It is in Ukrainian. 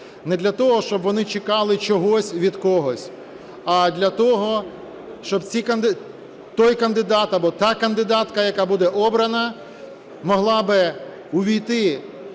не для того, щоб вони чекали чогось від когось, а для того, щоб той кандидат або та кандидатка, яка буде обрана, могла би увійти